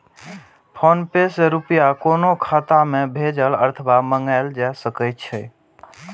PhonePe सं रुपया कोनो खाता मे भेजल अथवा मंगाएल जा सकै छै